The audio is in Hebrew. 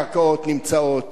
הקרקעות נמצאות,